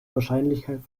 wahrscheinlichkeit